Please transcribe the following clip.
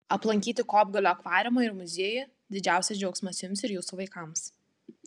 aplankyti kopgalio akvariumą ir muziejų didžiausias džiaugsmas jums ir jūsų vaikams